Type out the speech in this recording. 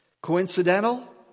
Coincidental